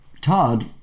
Todd